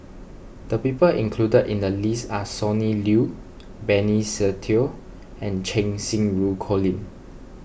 the people included in the list are Sonny Liew Benny Se Teo and Cheng Xinru Colin